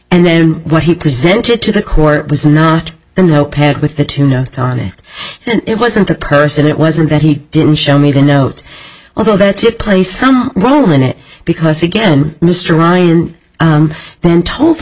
and then what he presented to the court was not the no pad with the two notes on it it wasn't the person it wasn't that he didn't show me the note although that play some role in it because again mr ryan then told the